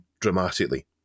dramatically